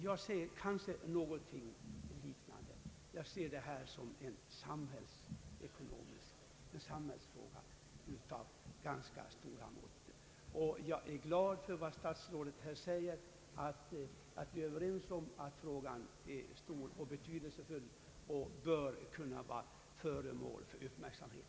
Jag ser den fråga som vi nu behandlar som en samhällsfråga av ganska stora mått. Jag är glad över att statsrådet här säger att vi är överens om att frågan är stor och betydelsefull och bör bli föremål för uppmärksamhet.